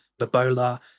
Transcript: Ebola